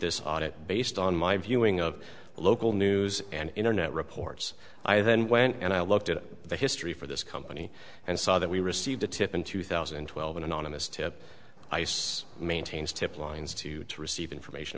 this audit based on my viewing of local news and internet reports i then went and i looked at the history for this company and saw that we received a tip in two thousand and twelve an anonymous tip ice maintains tip lines to to receive information